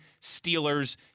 Steelers